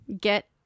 get